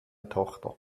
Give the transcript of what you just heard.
tochter